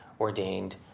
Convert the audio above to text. ordained